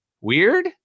Weird